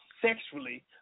sexually